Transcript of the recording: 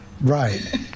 Right